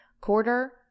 quarter